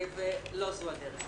ולא זו הדרך.